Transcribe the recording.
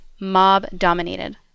mob-dominated